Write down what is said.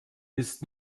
ist